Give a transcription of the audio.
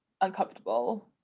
uncomfortable